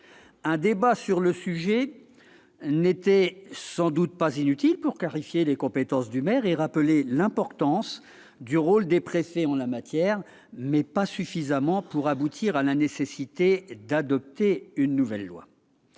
Un débat sur le sujet n'était sans doute pas inutile pour clarifier les compétences du maire et rappeler l'importance du rôle des préfets en la matière, mais pas suffisamment pour aboutir à la nécessité d'adopter une nouvelle loi.